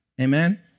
Amen